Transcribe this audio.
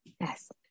Yes